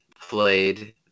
played